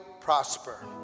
prosper